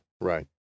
Right